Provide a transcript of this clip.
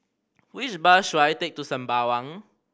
which bus should I take to Sembawang